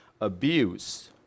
abuse